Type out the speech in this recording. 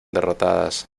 derrotadas